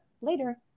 later